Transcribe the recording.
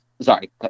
Sorry